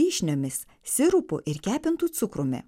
vyšniomis sirupu ir kepintu cukrumi